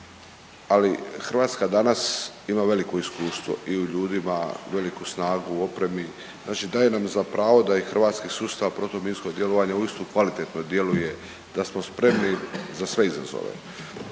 ali Hrvatska danas ima veliko iskustvo i u ljudima, veliku snagu u opremi, znači daje nam za pravo da i Hrvatski sustav protuminskog djelovanja uistinu kvalitetno djeluje i da smo spremni za sve izazove.